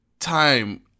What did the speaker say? time